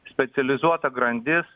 specializuota grandis